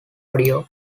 audio